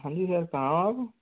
हाँ जी सर कहाँ हो आप